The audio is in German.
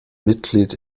mitglied